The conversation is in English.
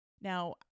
Now